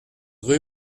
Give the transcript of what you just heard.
rue